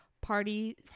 party